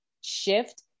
shift